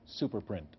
Superprint